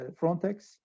Frontex